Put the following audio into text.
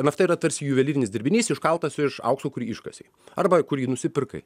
nft yra tarsi juvelyrinis dirbinys iškaltas iš aukso kurį iškasei arba kurį nusipirkai